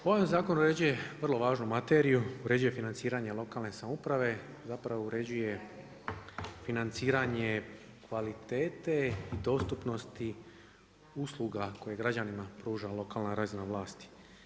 Ovaj zakon uređuje vrlo važnu materiju, uređuje financiranje lokalne samouprave, zapravo uređuje financiranje kvalitete i dostupnosti usluga koje građanima pruža lokalna razina vlasti.